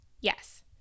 Yes